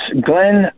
Glenn